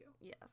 Yes